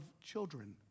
children